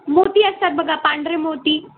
मोती असतात बघा पांढरे मोती